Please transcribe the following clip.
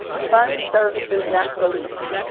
fund services, not police.